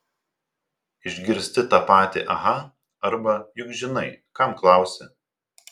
išgirsti tą patį aha arba juk žinai kam klausi